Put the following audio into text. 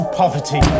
poverty